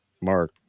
mark